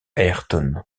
ayrton